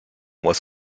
was